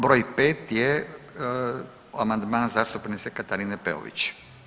Br. 5. je amandman zastupnice Katarine Peović.